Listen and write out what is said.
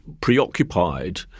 preoccupied